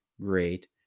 great